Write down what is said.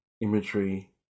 imagery